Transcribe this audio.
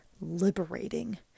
Liberating